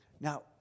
Now